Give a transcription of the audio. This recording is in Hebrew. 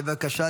בבקשה.